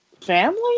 Family